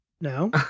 No